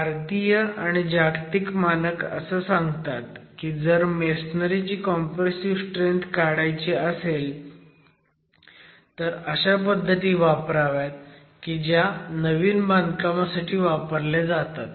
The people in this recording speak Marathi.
भारतीय आणि जागतिक मानक असं सांगतात की जर मेसनरी ची कॉम्प्रेसिव्ह स्ट्रेंथ काढायची असेल तर अशा पद्धती वापराव्यात की ज्या नवीन बांधकामासाठी वापरल्या जातात